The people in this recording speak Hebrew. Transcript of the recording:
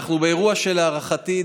אנחנו באירוע שלהערכתי,